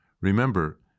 Remember